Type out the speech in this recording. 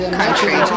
country